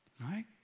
right